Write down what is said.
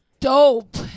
Dope